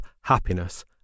happiness